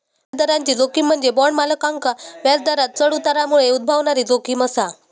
व्याजदराची जोखीम म्हणजे बॉण्ड मालकांका व्याजदरांत चढ उतारामुळे उद्भवणारी जोखीम असा